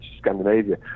Scandinavia